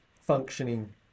functioning